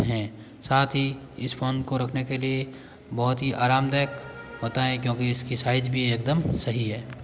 हैं साथ ही इस फोन को रखने के लिए बहुत ही आरामदायक होता है क्योंकि इसकी साइज भी एकदम सही है